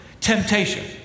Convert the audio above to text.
Temptation